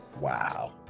Wow